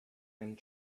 and